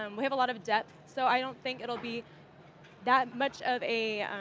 um we have a lot of depth. so i don't think it will be that much of a